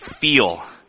feel